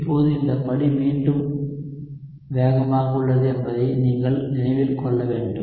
இப்போது இந்த படி மீண்டும் வேகமாக உள்ளது என்பதை நீங்கள் நினைவில் கொள்ள வேண்டும்